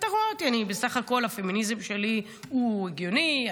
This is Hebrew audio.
אתה רואה אותי, בסך הכול הפמיניזם שלי הוא הגיוני.